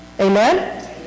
Amen